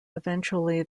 eventually